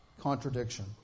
contradiction